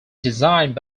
designed